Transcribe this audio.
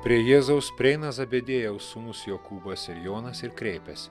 prie jėzaus prieina zabediejaus sūnūs jokūbas ir jonas ir kreipiasi